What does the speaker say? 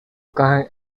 encajan